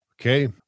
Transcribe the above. Okay